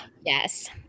Yes